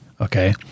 Okay